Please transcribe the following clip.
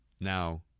now